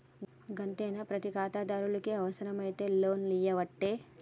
గంతేనా, ప్రతి ఖాతాదారునికి అవుసరమైతే లోన్లియ్యవట్టే